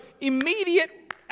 immediate